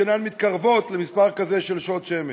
שאינן מתקרבות למספר כזה של שעות שמש.